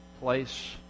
place